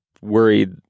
Worried